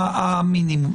לא, לא.